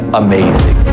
amazing